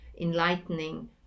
enlightening